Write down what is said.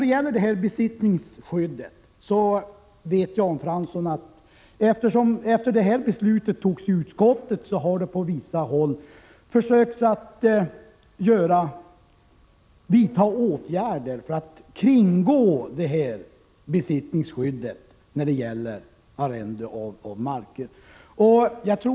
Vad gäller besittningsskyddet vet Jan Fransson att man efter utskottets ställningstagande på vissa håll har försökt att vidta åtgärder för att kringgå besittningsskyddet vid markarrende.